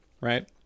right